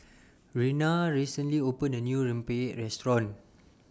Reyna recently opened A New Rempeyek Restaurant